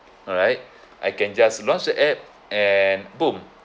alright I can just launch the app and boom